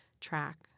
track